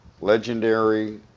legendary